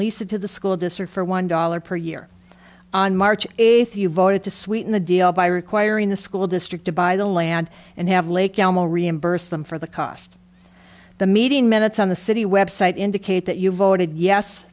to the school district for one dollar per year on march eighth you voted to sweeten the deal by requiring the school district to buy the land and have lake elmo reimburse them for the cost of the meeting minutes on the city website indicate that you voted yes